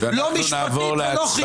לא משפטית ולא חינוכית.